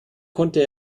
konnte